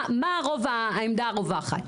מה הדעה הרווחת?